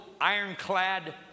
ironclad